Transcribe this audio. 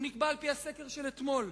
הוא נקבע על-פי הסקר של אתמול.